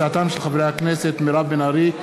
הצעתם של חברי הכנסת מירב בן ארי,